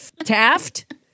Taft